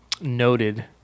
noted